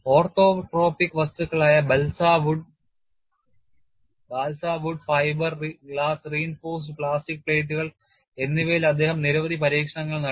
orthotropic വസ്തുക്കളായ balsa wood fibre glass reinforced plastic പ്ലേറ്റുകൾ എന്നിവയിൽ അദ്ദേഹം നിരവധി പരീക്ഷണങ്ങൾ നടത്തി